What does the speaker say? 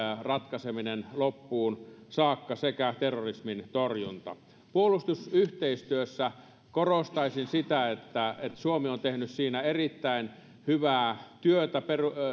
ratkaiseminen loppuun saakka sekä terrorismin torjunta puolustusyhteistyössä korostaisin sitä että suomi on tehnyt siinä erittäin hyvää työtä